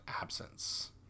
absence